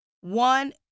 one